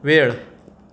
वेळ